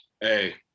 hey